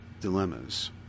dilemmas